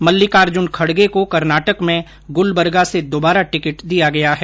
मलिकार्जुन खड़गे को कर्नाटक में गुलबर्गा से दबारा टिकट दिया गया है